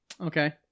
Okay